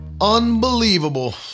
Unbelievable